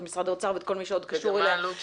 את משרד האוצר וכל מי שקשור אליה.